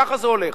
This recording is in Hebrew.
ככה זה הולך.